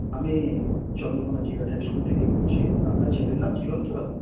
আমি চন্দ্রকোণা জিরাট হাইস্কুল থেকে বলছি আপনার ছেলের নাম চিরন্তন